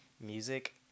music